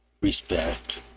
respect